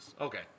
Okay